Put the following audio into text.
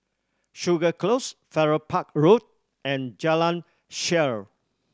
Segar Close Farrer Park Road and Jalan Shaer